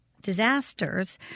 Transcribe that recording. disasters